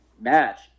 match